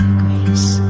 grace